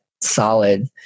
solid